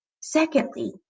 Secondly